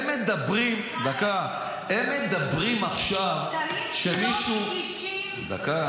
הם מדברים עכשיו שמישהו --- אמסלם,